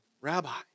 Rabbi